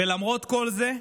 ולמרות כל זה,